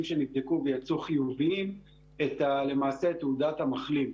שנבדקו ויצאו חיוביים למעשה את תעודת המחלים.